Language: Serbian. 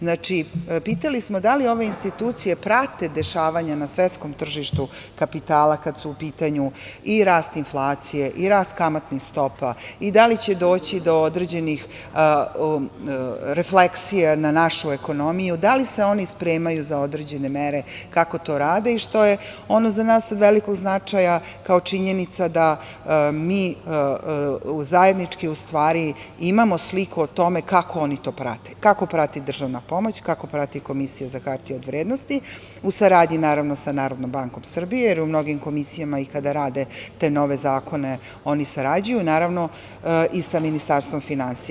Znači, pitali smo da li ove institucije prate dešavanja na svetskom tržištu kapitala kada su u pitanju i rast inflacija i rast kamatnih stopa i da li će doći do određenih refleksija na našu ekonomiju, da li se oni spremaju za određene mere, kako to rade i što je za nas od velikog značaja kao činjenica da mi zajednički u stvari imamo sliku o tome kako oni to prate, kako prati državna pomoć, kako prati Komisija od vrednosti, u saradnji, naravno, sa Narodnom bankom Srbije, jer u mnogim komisijama i kada rade te nove zakone, oni sarađuju, naravno, i sa Ministarstvom finansije.